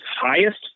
highest